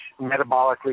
metabolically